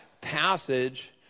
passage